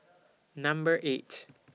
Number eight